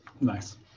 Nice